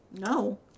No